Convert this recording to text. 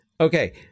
Okay